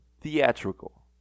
theatrical